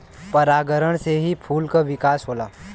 परागण से ही फूल क विकास होला